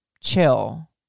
chill